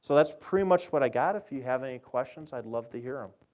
so that's pretty much what i got. if you have any questions i'd love to hear them.